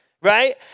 Right